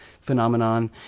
phenomenon